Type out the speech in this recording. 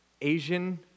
Asian